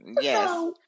Yes